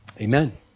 amen